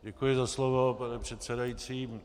Děkuji za slovo, pane předsedající.